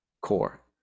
core